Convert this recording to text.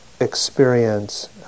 experience